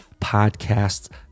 podcasts